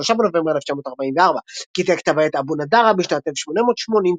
3 בנובמבר 1944. קטעי כתב העת "אבו נדארה" משנת 1884